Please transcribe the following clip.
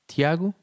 Tiago